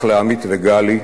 אח לעמית וגלי,